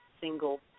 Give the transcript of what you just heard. single